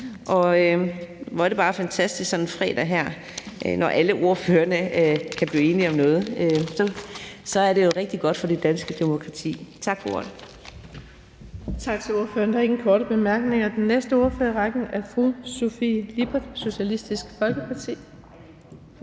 Hvor er det bare fantastisk sådan en fredag her, når alle ordførerne kan blive enige om noget. Så er det jo rigtig godt for det danske demokrati. Tak for ordet. Kl. 09:32 Den fg. formand (Birgitte Vind): Tak til ordføreren. Der er ingen korte bemærkninger. Den næste ordfører i rækken er fru Sofie Lippert, Socialistisk Folkeparti. Kl.